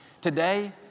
Today